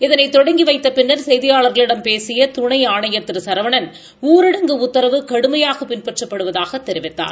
இதனை தொடங்கி வைத்த பின்னா் செய்தியாளாகளிடம் பேசிய துணை ஆணையா் திரு சரவணன் ஊரடங்கு உத்தரவு கடுமையாக பின்பற்றப்படுவதாகத் தெரிவித்தார்